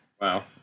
Wow